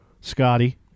Scotty